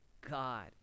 God